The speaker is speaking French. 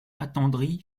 attendri